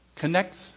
connects